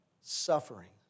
suffering